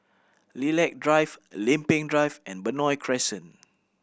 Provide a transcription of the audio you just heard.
Lilac Drive Lempeng Drive and Benoi Crescent